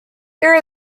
there